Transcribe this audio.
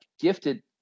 gifted